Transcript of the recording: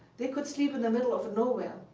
they could sleep in the middle of nowhere.